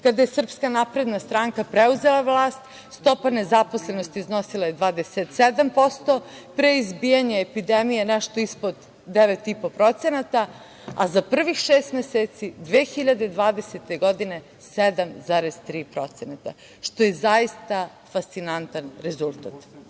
niskom nivou. Kada je SNS preuzela vlast, stopa nezaposlenosti iznosila je 27%, pre izbijanja epidemije nešto ispod 9,5%, a za prvih šest meseci 2020. godine 7,3%, što je zaista fascinantan rezultat. Ništa